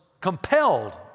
compelled